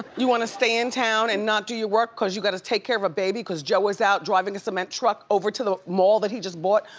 you wanna stay in town and not do your work cause you gotta take care of a baby cause joe is out driving a cement truck over to the mall that he just bought,